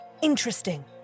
Interesting